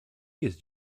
jest